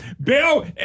Bill